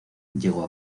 llegó